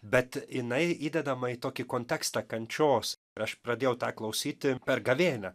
bet jinai įdedama į tokį kontekstą kančios aš pradėjau tą klausyti per gavėnią